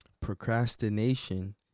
Procrastination